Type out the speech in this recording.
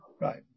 right